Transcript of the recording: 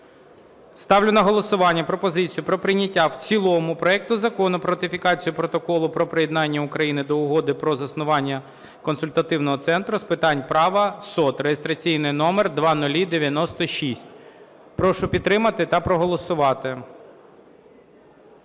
Ставлю на голосування пропозицію про прийняття в цілому проекту Закону про ратифікацію Протоколу про приєднання України до Угоди про заснування Консультаційного центру з питань права СОТ (реєстраційний номер 0096). Прошу підтримати та проголосувати.